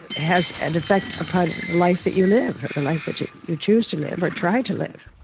has an effect upon life that you live, the life that you you choose to live or try to live.